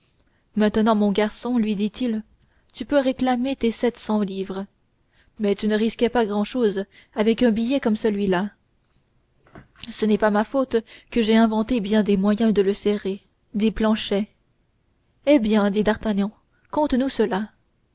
maintenant mon garçon lui dit-il tu peux réclamer tes sept cents livres mais tu ne risquais pas grand-chose avec un billet comme celui-là ce n'est pas faute que j'aie inventé bien des moyens de le serrer dit planchet eh bien dit d'artagnan conte-nous cela